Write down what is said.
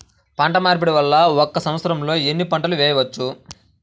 పంటమార్పిడి వలన ఒక్క సంవత్సరంలో ఎన్ని పంటలు వేయవచ్చు?